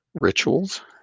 rituals